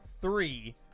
three